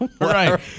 right